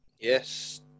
Yes